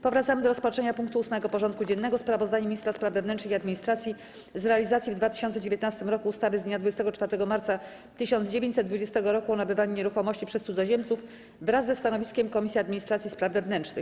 Powracamy do rozpatrzenia punktu 8. porządku dziennego: Sprawozdanie Ministra Spraw Wewnętrznych i Administracji z realizacji w 2019 r. ustawy z dnia 24 marca 1920 r. o nabywaniu nieruchomości przez cudzoziemców wraz ze stanowiskiem Komisji Administracji i Spraw Wewnętrznych.